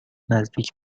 نزدیک